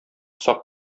сак